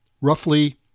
roughly